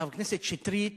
חבר הכנסת שטרית